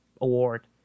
award